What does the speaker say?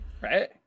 right